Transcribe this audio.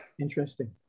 Interesting